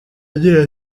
agira